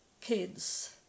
kids